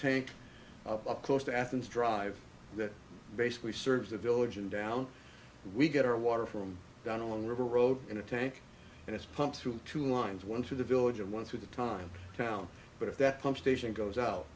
tank up close to athens drive that basically serves a village and down we get our water from down along the river road in a tank and it's pumped through two lines one through the village and one through the time town but if that pump station goes out